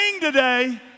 today